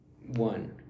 One